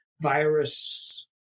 virus